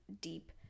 deep